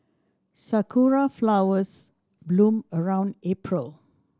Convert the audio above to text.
sakura flowers bloom around April